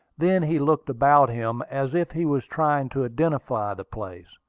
then he looked about him, as if he was trying to identify the place.